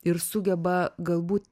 ir sugeba galbūt